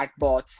chatbots